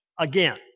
again